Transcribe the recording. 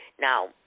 Now